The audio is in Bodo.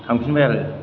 थांफिनबाय आरो